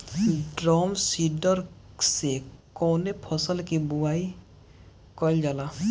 Drum seeder से कवने फसल कि बुआई कयील जाला?